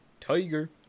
Tiger